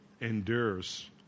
endures